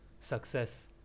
success